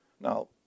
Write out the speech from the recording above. Now